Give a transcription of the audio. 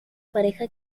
pareja